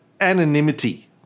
anonymity